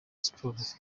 sports